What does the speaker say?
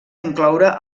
incloure